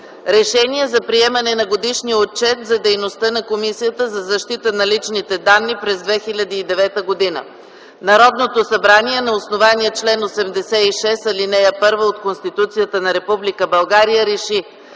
„РЕШЕНИЕ за приемане на Годишния отчет за дейността на Комисията за защита на личните данни през 2009 г. Народното събрание на основание чл. 86, ал. 1 от Конституцията на Република